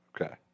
Okay